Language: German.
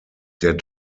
der